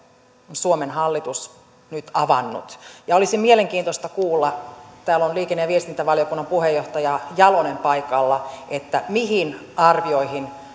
suomen hallitus on nyt avannut ja olisi mielenkiintoista kuulla täällä on liikenne ja viestintävaliokunnan puheenjohtaja jalonen paikalla mihin arvioihin